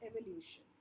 evolution